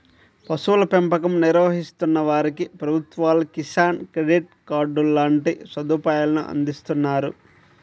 పశువుల పెంపకం నిర్వహిస్తున్న వారికి ప్రభుత్వాలు కిసాన్ క్రెడిట్ కార్డు లాంటి సదుపాయాలను అందిస్తున్నారు